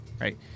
right